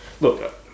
look